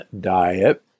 diet